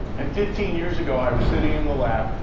and fifteen years ago, i was sitting in the lab,